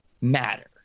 matter